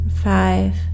five